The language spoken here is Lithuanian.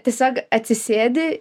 tiesiog atsisėdi